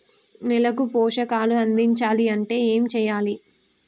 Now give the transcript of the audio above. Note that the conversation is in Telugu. నేలకు పోషకాలు అందించాలి అంటే ఏం చెయ్యాలి?